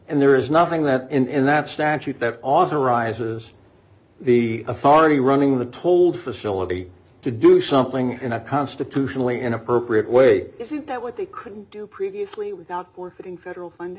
and there is nothing that in that statute that authorizes the authority running the told facility to do something in a constitutionally inappropriate way isn't that what they could do previously were in federal funding